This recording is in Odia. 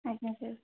ଆଜ୍ଞା ସାର୍